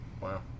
Wow